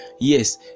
yes